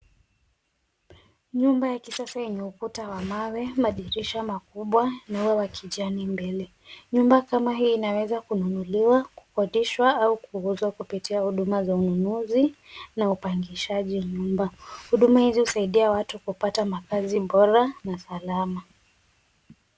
Nyumba ya kisasa enye ukuta wa mawe, madirisha makubwa na ua wa kijani mbele. Nyumba kama hii inaweza kunuliwa, kukodishwa au kuuzwa kupitia huduma za ununuzi na upangishaji nyumba. Huduma hizi husaidia watu kupata makaazi bora na salama.